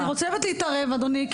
אני חייבת להתערב אדוני,